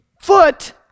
foot